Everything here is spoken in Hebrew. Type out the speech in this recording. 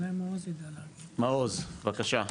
מעוז, בבקשה.